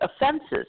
offenses